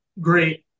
great